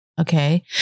Okay